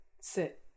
Sit